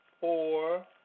four